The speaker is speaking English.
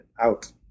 out